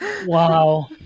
wow